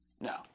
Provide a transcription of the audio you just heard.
No